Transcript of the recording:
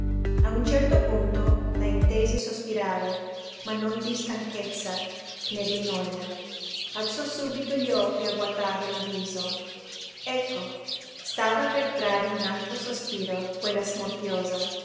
a un certo punto la intese sospirare ma non di stanchezza né di noja alzò subito gli occhi a guatarla in viso ecco stava per trarre un altro sospiro quella smorfiosa